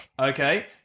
Okay